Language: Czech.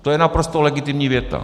To je naprosto legitimní věta.